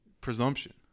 Presumption